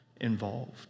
involved